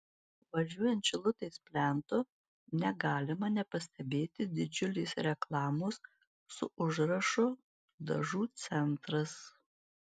važiuojant šilutės plentu negalima nepastebėti didžiulės reklamos su užrašu dažų centras